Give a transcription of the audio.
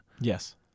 Yes